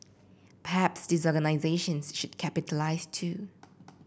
perhaps these organisations should capitalise too